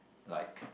like